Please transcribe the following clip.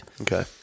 Okay